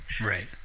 Right